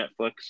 Netflix